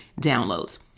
downloads